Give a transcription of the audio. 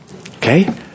Okay